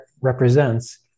represents